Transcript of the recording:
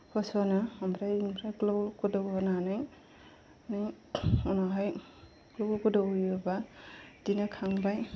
होसनो ओमफ्राय ओमफ्राय ग्लाब ग्लाब गोदौहोनानै नों उनावहाय गोबाव गोदौ होयोबा बिदिनो खांबाय